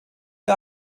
der